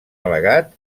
al·legat